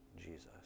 Jesus